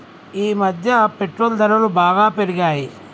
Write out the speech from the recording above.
ఈమధ్య పెట్రోల్ ధరలు బాగా పెరిగాయి